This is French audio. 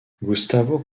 gustavo